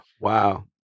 Wow